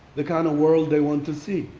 the kind of world they want to see.